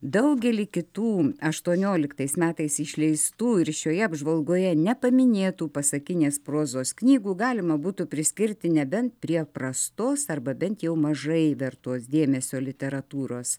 daugelį kitų aštuonioliktais metais išleistų ir šioje apžvalgoje nepaminėtų pasakinės prozos knygų galima būtų priskirti nebent prie prastos arba bent jau mažai vertos dėmesio literatūros